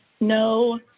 no